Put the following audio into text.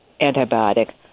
antibiotic